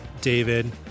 David